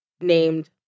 named